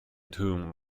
tomb